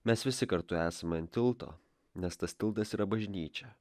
mes visi kartu esame ant tilto nes tas tiltas yra bažnyčia